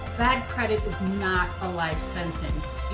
bad credit is not a life sentence.